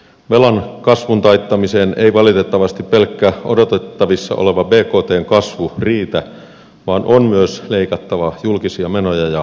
velan kasvun taittamiseen ei valitettavasti pelkkä odotettavissa oleva bktn kasvu riitä vaan on myös leikattava julkisia menoja ja korotettava veroja